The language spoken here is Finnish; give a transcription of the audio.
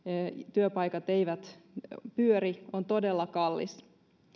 työpaikat eivät pyöri on todella kallis